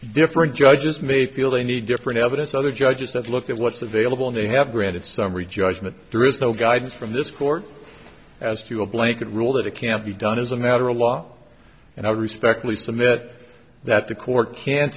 different judges may feel they need different evidence other judges have looked at what's available and they have granted summary judgment there is no guidance from this court as to a blanket rule that it can't be done as a matter of law and i respectfully submit that the court can